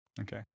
Okay